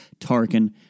Tarkin